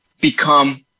become